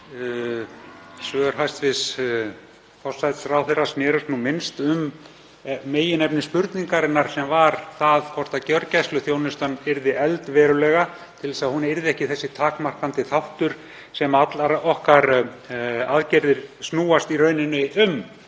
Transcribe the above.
Svör hæstv. forsætisráðherra snerust nú minnst um meginefni spurningarinnar sem var það hvort gjörgæsluþjónustan yrði efld verulega til að hún yrði ekki sá takmarkandi þáttur sem allar okkar aðgerðir snúast í rauninni um.